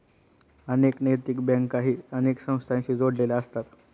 अनेक नैतिक बँकाही अनेक संस्थांशी जोडलेले असतात